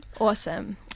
Awesome